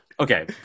Okay